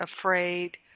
afraid